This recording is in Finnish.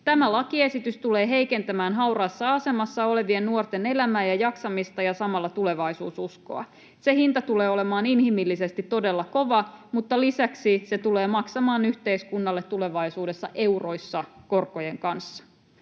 Tämä lakiesitys tulee heikentämään hauraassa asemassa olevien nuorten elämää ja jaksamista ja samalla tulevaisuususkoa. Se hinta tulee olemaan inhimillisesti todella kova, mutta lisäksi se tulee maksamaan yhteiskunnalle tulevaisuudessa euroissa korkojen kanssa.